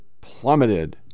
plummeted